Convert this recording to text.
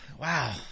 wow